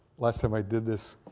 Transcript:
last time i did this,